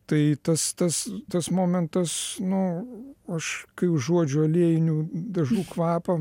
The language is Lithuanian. tai tas tas tas momentas nu aš kai užuodžiu aliejinių dažų kvapą